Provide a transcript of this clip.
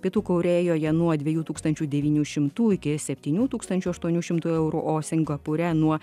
pietų korėjoje nuo dviejų tūkstančių devynių šimtų iki septynių tūkstančių aštuonių šimtų eurų o singapūre nuo